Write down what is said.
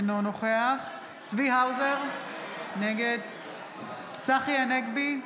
אינו נוכח צבי האוזר, נגד צחי הנגבי,